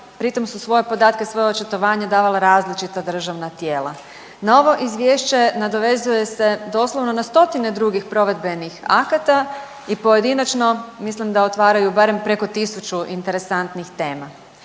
pri tom su svoje podatke i svoje očitovanje davala različita državna tijela. Na ovo izvješće nadovezuje se doslovno na stotine drugih provedbenih akta i pojedinačno mislim da otvaraju barem preko tisuću interesantnih tema.